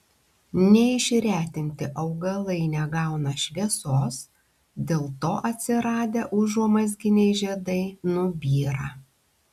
neišretinti augalai negauna šviesos dėl to atsiradę užuomazginiai žiedai nubyra